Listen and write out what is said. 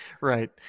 Right